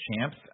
champs